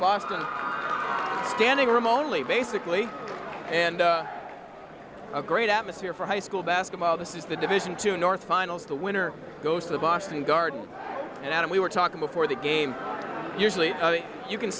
landing room only basically and a great atmosphere for high school basketball this is the division two north finals the winner goes to the boston garden and we were talking before the game usually you can